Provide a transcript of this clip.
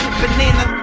banana